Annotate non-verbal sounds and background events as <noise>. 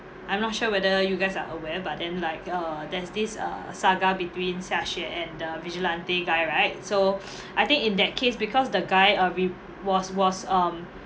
I'm not sure whether you guys are aware but then like uh there's this uh saga between xiaxue and the vigilante guy right so <noise> I think in that case because the guy uh re~ was was um